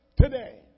today